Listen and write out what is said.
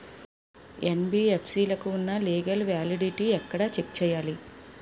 NBFC లకు ఉన్నా legal validity ఎక్కడ చెక్ చేయాలి?